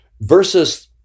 versus